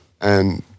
And-